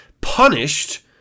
punished